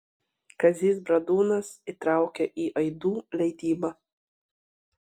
kazys bradūnas įtraukė į aidų leidybą